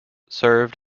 served